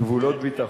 גבולות ביטחון.